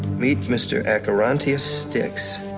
meet mr. acherontia styx.